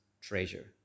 treasure